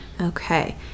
Okay